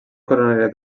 coronària